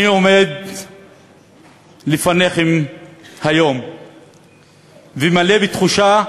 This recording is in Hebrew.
אני עומד לפניכם היום ומלא בתחושה